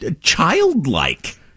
childlike